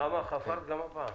נעמה, חפרת גם הפעם?